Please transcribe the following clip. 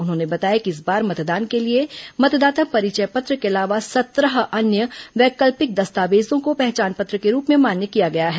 उन्होंने बताया कि इस बार मतदान के लिए मतदाता परिचय पत्र के अलावा सत्रह अन्य वैकल्पिक दस्तावेजों को पहचान पत्र के रूप में मान्य किया गया है